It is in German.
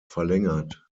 verlängert